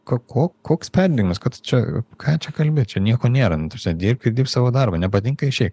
ką ko ko koks perdegimas ką tu čia ką čia kalbi čia nieko nėra nu ta prasme dirbk ir dirbk savo darbą nepatinka išeik